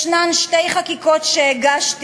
יש שתי הצעות חוק שהגשתי,